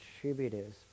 contributors